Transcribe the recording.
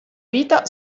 vita